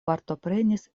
partoprenis